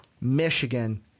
Michigan